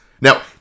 Now